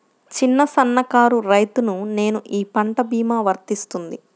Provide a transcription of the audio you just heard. చిన్న సన్న కారు రైతును నేను ఈ పంట భీమా వర్తిస్తుంది?